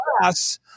class